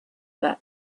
that